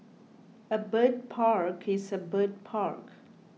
a bird park is a bird park